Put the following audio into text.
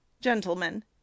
gentlemen